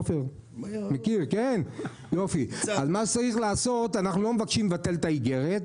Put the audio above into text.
אנחנו לא מבקשים לבטל את האיגרת,